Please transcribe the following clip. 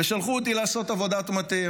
ושלחו אותי לעשות עבודת מטה.